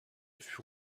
fut